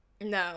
No